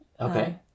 Okay